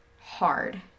hard